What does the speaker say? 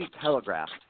telegraphed